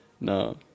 No